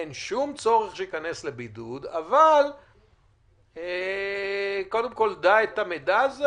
אין שום צורך שתיכנס לבידוד אבל קודם כל דע את המידע הזה,